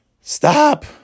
Stop